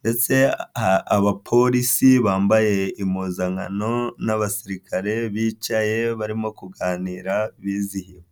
ndetse abapolisi bambaye impuzankano n'abasirikare bicaye barimo kuganira bizihiwe.